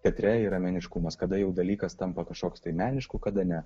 teatre yra meniškumas kada jau dalykas tampa kažkoks tai menišku kada ne